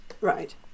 Right